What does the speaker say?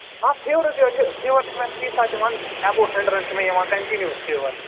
اَتھ فِیورُک کیٛاہ چھُ فِیور چھُ مےٚ فی ساتہٕ یِوان ایبو ہَنڈرَنٛڈ چھُ یِوان کَنٹِنیوٗ فِیور